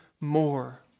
more